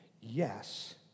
Yes